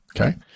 okay